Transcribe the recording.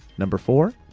number four,